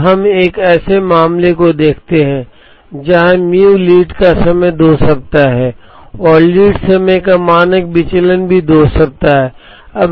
अब हम एक ऐसे मामले को देखते हैं जहां म्यू लीड का समय 2 सप्ताह है और लीड समय का मानक विचलन भी 2 सप्ताह है